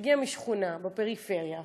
שהגיע משכונה בפריפריה,